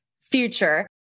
future